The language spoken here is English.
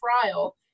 trial